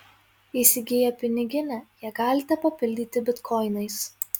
įsigiję piniginę ją galite papildyti bitkoinais